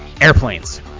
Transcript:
airplanes